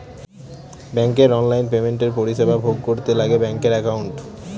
ব্যাঙ্কের অনলাইন পেমেন্টের পরিষেবা ভোগ করতে লাগে ব্যাঙ্কের একাউন্ট